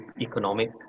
Economic